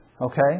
okay